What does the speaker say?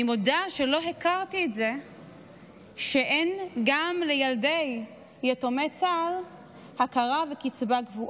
אני מודה שלא הכרתי את זה שאין גם לילדים יתומי צה"ל הכרה וקצבה קבועה,